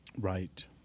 Right